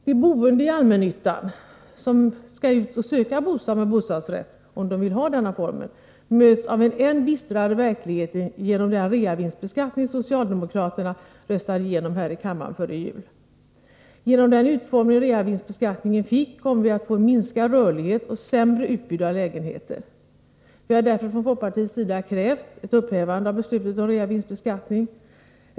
De boende i allmännyttan, som skall ut och söka bostad med bostadsrätt, om de vill ha denna boendeform, möts av en än bistrare verklighet genom den reavinstbeskattning socialdemokraterna röstade igenom här i kammaren före jul. Genom den utformning reavinstbeskattningen fick kommer vi att få en minskad rörlighet och ett sämre utbud av lägenheter. Vi har därför från folkpartiets sida krävt ett upphävande av beslutet om reavinstbeskattning.